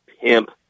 pimp